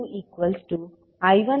5V0 0